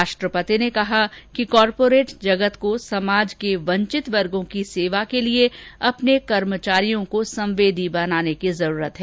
राष्ट्रपति ने कहा कि कॉरपोरेट जगत को समाज के वंचित वर्गो की सेवा के लिए अपने कर्मचारियों को संवेदी बनाने की जरूरत है